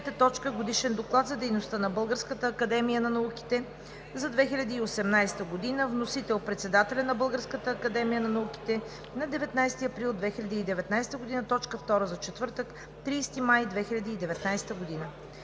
г. 5. Годишен доклад за дейността на Българската академия на науките за 2018 г. Вносител: председателят на Българската академия на науките на 19 април 2019 г. – точка втора за четвъртък, 30 май 2019 г.